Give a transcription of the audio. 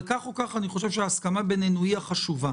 כך או כך, אני חושב שההסכמה בינינו היא החשובה.